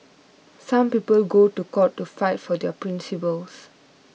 some people go to court to fight for their principles